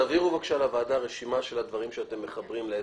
תעבירו בבקשה לוועדה רשימה של הדברים שאתם מחברים ל-SDGs,